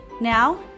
Now